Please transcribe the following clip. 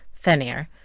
Fenir